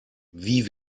wie